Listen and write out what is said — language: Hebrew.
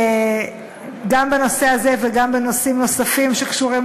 שגם בנושא הזה וגם בנושאים נוספים שקשורים